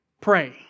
Pray